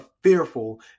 fearful